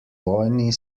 vojni